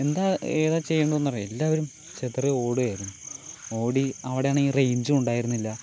എന്താ ഏതാ ചെയ്യേണ്ടതെന്ന് അറിയില്ല എല്ലാവരും ചിതറി ഓടുകയായിരുന്നു ഓടി അവിടെയാണെങ്കിൽ റേഞ്ചും ഉണ്ടായിരുന്നില്ല